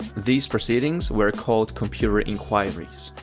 these proceedings were called computer inquiries.